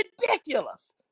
Ridiculous